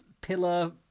pillar